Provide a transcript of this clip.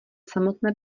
samotné